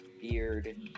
beard